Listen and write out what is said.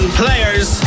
players